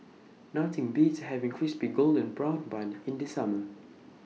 Nothing Beats having Crispy Golden Brown Bun in The Summer